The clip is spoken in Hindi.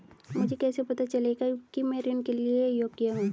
मुझे कैसे पता चलेगा कि मैं ऋण के लिए योग्य हूँ?